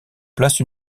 place